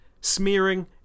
smearing